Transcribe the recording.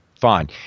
Fine